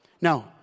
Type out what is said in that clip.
No